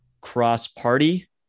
cross-party